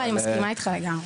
לא, אני מסכימה איתך לגמרי.